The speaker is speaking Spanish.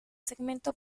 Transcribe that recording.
segmento